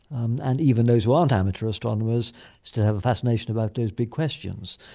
and even those who aren't amateur astronomers still have a fascination about those big questions.